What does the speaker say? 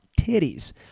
titties